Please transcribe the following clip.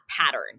pattern